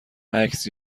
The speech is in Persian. عکس